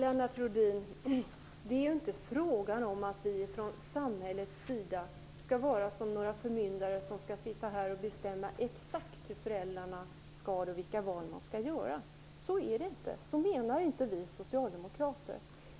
Fru talman! Det är ju inte fråga om att vi från samhällets sida skall vara några förmyndare som skall bestämma exakt hur föräldrarna skall ha det och vilka val de skall göra. Så menar inte vi socialdemokrater.